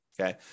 okay